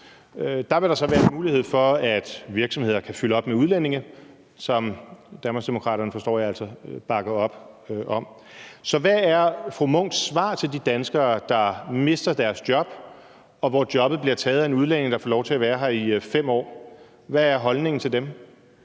Der vil der så være mulighed for, at virksomheder kan fylde op med udlændinge, som Danmarksdemokraterne, forstår jeg, altså bakker op om. Så hvad er fru Charlotte Munchs svar til de danskere, der mister deres job, og hvor jobbet bliver taget af en udlænding, der får lov til at være her i 5 år? Hvad er holdningen til dem?